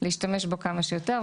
להשתמש בו כמה שיותר.